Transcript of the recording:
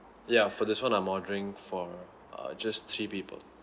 yeah for this one I'm ordering for uh just three people